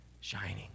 shining